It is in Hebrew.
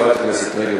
חברת הכנסת רגב,